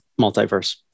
multiverse